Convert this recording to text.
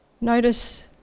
Notice